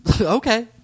Okay